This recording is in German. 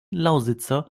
lausitzer